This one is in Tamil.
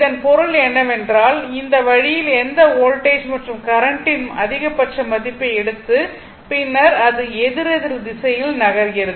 இதன் பொருள் என்னவென்றால் இந்த வழியில் எந்த வோல்டேஜ் மற்றும் கரண்ட்டின் அதிகபட்ச மதிப்பை எடுத்து பின்னர் எதிரெதிர் திசையில் நகர்கிறது